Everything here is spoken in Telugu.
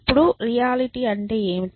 ఇప్పుడు రియాలిటీ అంటే ఏమిటి